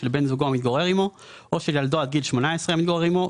של בן זוגו המתגורר עימו או של ילדו עד גיל שמונה עשרה המתגורר עימו,